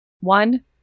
One